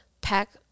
pack